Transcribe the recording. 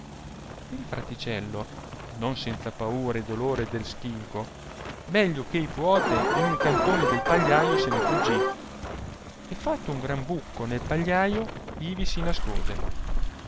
il fraticello non senza paura e dolore del schinco meglio ch'ei puote in un cantone del pagliaio se ne fuggì e fatto un gran bucco nel pagliaio ivi si nascose